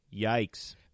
Yikes